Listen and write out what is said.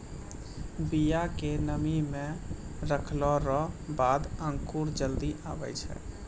बिया के नमी मे रखलो रो बाद अंकुर जल्दी आबै छै